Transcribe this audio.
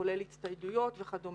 כולל הצטיידות וכדומה.